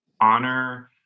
honor